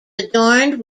adorned